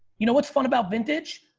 you know, what's fun about vintage?